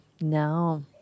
No